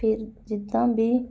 ਫਿਰ ਜਿੱਦਾਂ ਵੀ